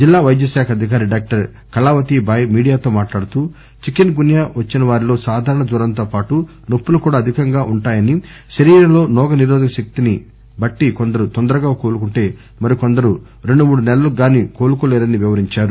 జిల్లా వైద్య శాఖ అధికారి డాక్టర్ కళావతి బాయ్ మీడియాతో మాట్లాడుతూ చికిన్ గున్యా వచ్చినవారిలో సాధారణ జ్వరంతో పాటు నొప్పులు కూడా అధికంగా ఉంటాయని శరీరంలో రోగనిరోధక శక్తిని బట్లి కొందరు తొందరగా కోలుకుంటే మరికొందరు రెండు మూడు నెలలకు గాని కోలుకోలేరని వివరించారు